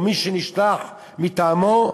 או מי שנשלח מטעמו,